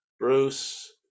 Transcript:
Bruce